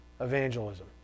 evangelism